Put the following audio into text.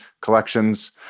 collections